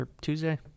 Tuesday